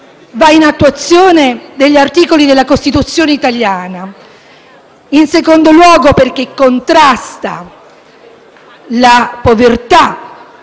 l'attuazione degli articoli della Costituzione italiana; in secondo luogo, perché contrasta la povertà